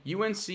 UNC